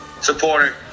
supporter